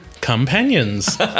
companions